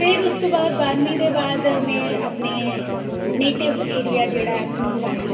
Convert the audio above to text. फिर उस तूं बाद बाह्रमीं दे बाद में अपने नेटिव एरिया जेह्ड़ा ऐ आखिर आई